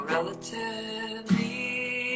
Relatively